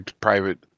private